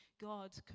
God